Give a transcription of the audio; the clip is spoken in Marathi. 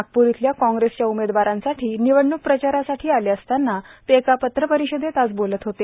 नागपूर इथल्या कॉग्रेसच्या उमेदवारांसाठी निवडणूक प्रचारासाठी आले असताना ते एका पत्रपरिषदेत आज बोलत होते